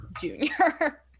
junior